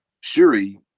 Shuri